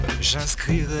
j'inscrirai